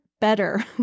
better